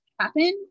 happen